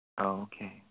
Okay